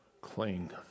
cling